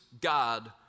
God